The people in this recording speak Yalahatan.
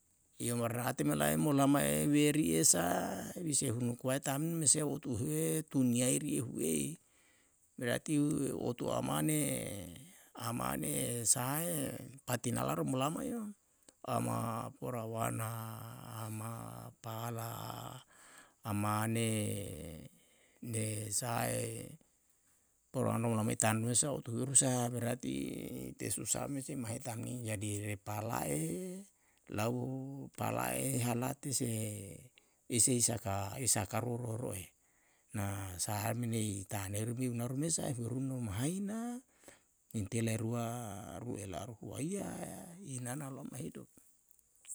Iyo marnate me lae molama e weri esa bisae hunu kuae tam mese o tuhue tun'yai ri ehu ei, berarti otu amane amane sahae patinalaru molama ama porawana ama pala amane ne sahae porawano molama i tanwe sa otu hueru sa berarti te susah me se mahe tamni. jadi re palae lau pala'e halate se isi saka isakaru ro'o ro'e na sahae me ni taneiru mi unaru mesa ehu eru no mahaina inte lai rua ru elaru huaia i nana olama hidup